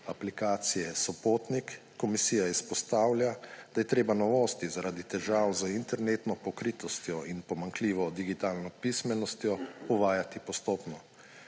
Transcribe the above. aplikacije SOPOTNIK, komisija izpostavlja, da je treba novosti zaradi težav z internetno pokritostjo in pomanjkljivo digitalno pismenostjo uvajati postopno.